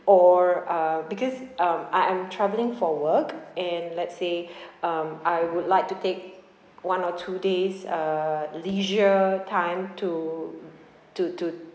or uh because um I I'm travelling for work and let say um I would like to take one or two days uh leisure time to to to